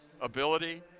ability